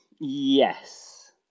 Yes